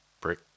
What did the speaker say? Brick